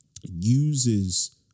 uses